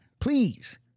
Please